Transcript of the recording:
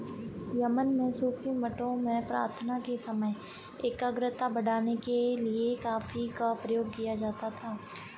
Yemen में सूफी मठों में प्रार्थना के समय एकाग्रता बढ़ाने के लिए कॉफी का प्रयोग किया जाता था